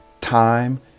time